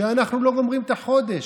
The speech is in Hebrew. כשאנחנו לא גומרים את החודש?